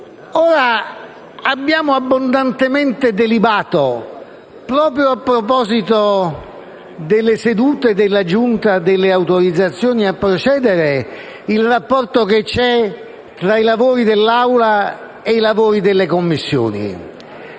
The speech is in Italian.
Ora, abbiamo abbondantemente delibato, proprio a proposito delle sedute della Giunta delle autorizzazioni a procedere, il rapporto che c'è tra i lavori dell'Assemblea e i lavori delle Commissioni.